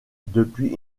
depuis